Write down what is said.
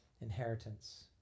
inheritance